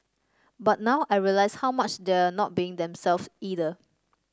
but now I realise how much they're not being themselves either